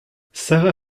sara